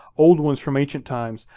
old ones from ancient times,